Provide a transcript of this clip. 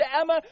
Emma